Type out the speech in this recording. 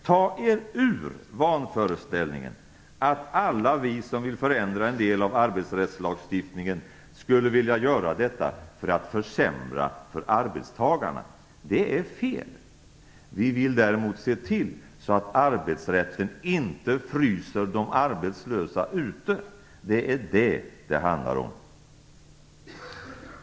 Ta er ur vanföreställningen att alla vi som vill förändra en del av arbetsrättslagstiftningen skulle vilja göra detta för att försämra för arbetstagarna. Det är fel. Vi vill däremot se till att arbetsrätten inte fryser ute de arbetslösa. Det är det det handlar om.